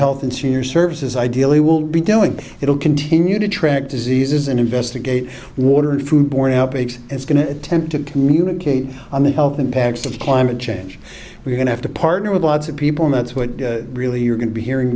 health and senior services ideally will be doing it will continue to track diseases and investigate water and food borne out as going to attempt to communicate on the health impacts of climate change we're going to have to partner with lots of people that's what really you're going to be hearing